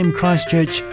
Christchurch